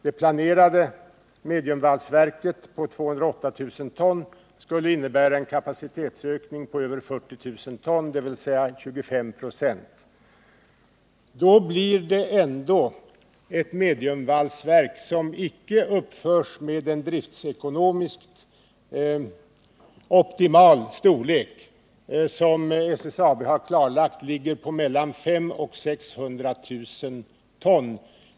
Det planerade mediumvalsverket på 208 000 ton skulle innebära en kapacitetsökning på över 40 000 ton, dvs. 25 96. Då blir det ändå ett mediumvalsverk som icke uppförs i en driftekonomiskt optimal storlek, som SSAB har klargjort ligger på mellan 500 000 och 600 000 ton.